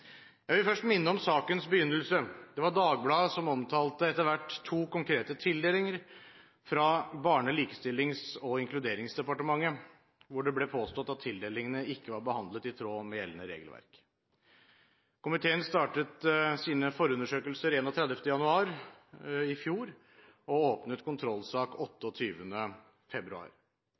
Jeg vil først minne om sakens begynnelse. Det var Dagbladet som omtalte etter hvert to konkrete tildelinger fra Barne-, likestillings- og inkluderingsdepartementet, hvor det ble påstått at tildelingene ikke var behandlet i tråd med gjeldende regelverk. Komiteen startet sine forundersøkelser 31. januar 2012 og åpnet kontrollsak 28. februar.